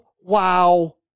Wow